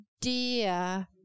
dear